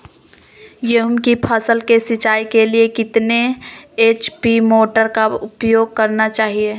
गेंहू की फसल के सिंचाई के लिए कितने एच.पी मोटर का उपयोग करना चाहिए?